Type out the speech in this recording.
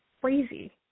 crazy